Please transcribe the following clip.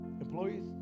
Employees